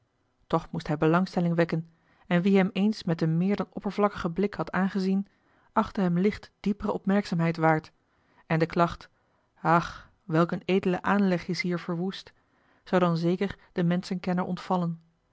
toch moest hij belangstelling wekken en wie hem eens niet een meer dan oppervlakkigen blik had aangezien achtte hem licht diepere opmerkzaamheid waard en de klacht ach welk een edele aanleg is hier verwoest zou dan zeker den menschenkenner ontvallen